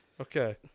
okay